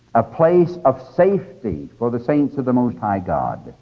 a place of safety for the saints of the most high god.